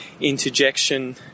interjection